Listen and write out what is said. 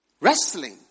Wrestling